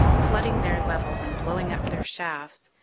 flooding their levels and blowing up their shafts,